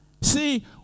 See